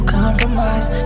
compromise